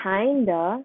kinda